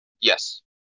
Yes